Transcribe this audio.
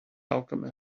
alchemist